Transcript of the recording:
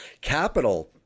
Capital